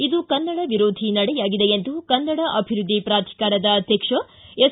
ಇದು ಕನ್ನಡ ವಿರೋಧಿ ನಡೆಯಾಗಿದೆ ಎಂದು ಕನ್ನಡ ಅಭಿವೃದ್ಧಿ ಪ್ರಾಧಿಕಾರದ ಅಧ್ಯಕ್ಷ ಎಸ್